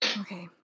Okay